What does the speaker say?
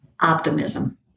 optimism